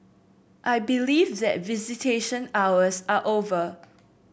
I believe that visitation hours are over